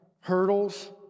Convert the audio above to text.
hurdles